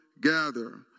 gather